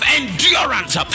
endurance